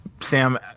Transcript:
Sam